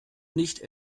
nicht